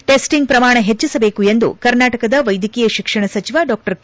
testing ಪ್ರಮಾಣ ಹೆಚ್ಚಿಸಬೇಕು ಎಂದು ಕರ್ನಾಟಕದ ವೈದ್ಯಕೀಯ ಶಿಕ್ಷಣ ಸಚಿವ ಡಾ ಕೆ